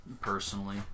personally